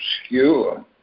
obscure